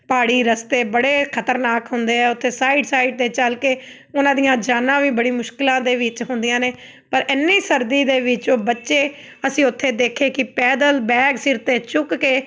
ਪਹਾੜੀ ਰਸਤੇ ਬੜੇ ਖਤਰਨਾਕ ਹੁੰਦੇ ਆ ਉੱਥੇ ਸਾਈਡ ਸਾਈਡ 'ਤੇ ਚੱਲ ਕੇ ਉਹਨਾਂ ਦੀਆਂ ਜਾਨਾਂ ਵੀ ਬੜੀ ਮੁਸ਼ਕਿਲਾਂ ਦੇ ਵਿੱਚ ਹੁੰਦੀਆਂ ਨੇ ਪਰ ਇੰਨੀ ਸਰਦੀ ਦੇ ਵਿੱਚ ਉਹ ਬੱਚੇ ਅਸੀਂ ਉੱਥੇ ਦੇਖੇ ਕਿ ਪੈਦਲ ਬੈਗ ਸਿਰ 'ਤੇ ਚੁੱਕ ਕੇ